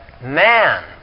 man